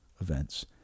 events